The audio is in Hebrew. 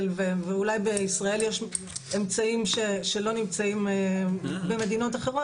ואולי בישראל יש אמצעים שלא נמצאים במדינות אחרות,